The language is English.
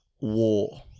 war